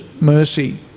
mercy